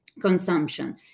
consumption